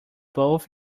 both